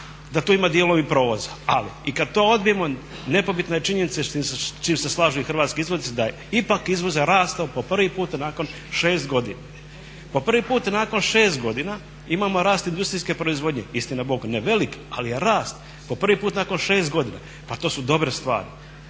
da to ima dijelom i provoza. Ali kada to odbijemo nepobitna je činjenica s čim se slažu i hrvatski izvoznici da je ipak izvoz rastao po prvi puta nakon 6 godina. Po prvi puta nakon 6 godina imamo rast industrijske proizvodnje, istinabog ne velik ali je rast. Po prvi put nakon 6 godina pa to su dobre stvari.